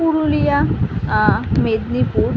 Purulia Medinipur